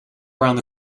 around